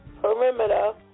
perimeter